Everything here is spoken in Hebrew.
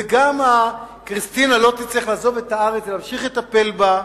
וגם כריסטינה לא תצטרך לעזוב את הארץ ותמשיך לטפל בה,